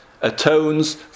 atones